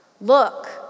Look